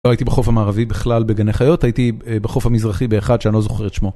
לא הייתי בחוף המערבי בכלל בגני חיות, הייתי בחוף המזרחי באחד שאני לא זוכר את שמו.